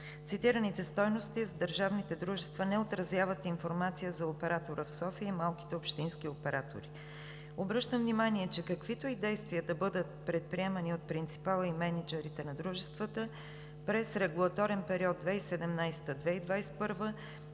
Цитираните стойности с държавните дружества не отразяват информация за оператора в София и малките общински оператори. Обръщам внимание, че каквито и действия да бъдат предприемани от принципала и мениджърите на дружествата през регулаторен период 2017 – 2021